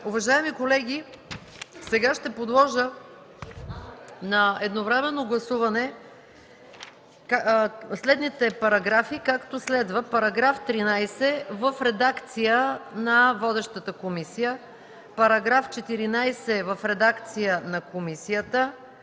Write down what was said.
Уважаеми колеги, сега ще подложа на едновременно гласуване следните параграфи: § 13 в редакция на водещата комисия; § 14 в редакция на комисията;